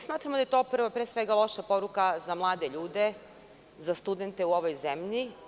Smatramo da je to pre svega loša poruka za mlade ljude, za studente u ovoj zemlji.